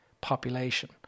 population